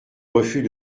refus